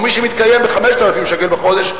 או מי שמתקיים ב-5,000 שקל בחודש,